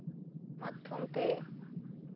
ᱢᱟᱫᱽᱫᱷᱚᱢ ᱛᱮ